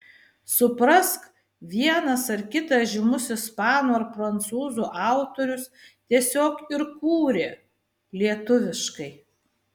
suprask vienas ar kitas žymus ispanų ar prancūzų autorius tiesiog ir kūrė lietuviškai